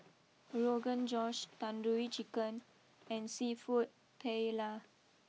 Rogan Josh Tandoori Chicken and Seafood Paella